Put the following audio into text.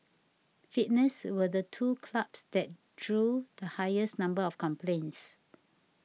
fitness were the two clubs that drew the highest number of complaints